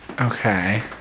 Okay